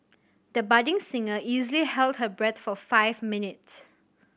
the budding singer easily held her breath for five minutes